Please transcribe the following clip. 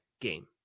game